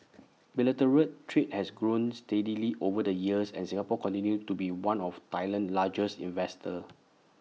bilateral trade has grown steadily over the years and Singapore continues to be one of Thailand's largest investors